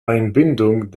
einbindung